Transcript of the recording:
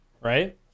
Right